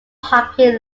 hockey